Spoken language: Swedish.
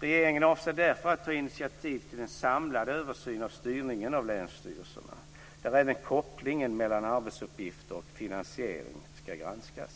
Regeringen avser därför att ta initiativ till en samlad översyn av styrningen av länsstyrelserna där även kopplingen mellan arbetsuppgifter och finansiering ska granskas.